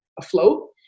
afloat